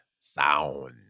Sound